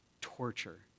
torture